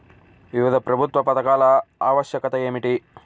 వివిధ ప్రభుత్వా పథకాల ఆవశ్యకత ఏమిటి?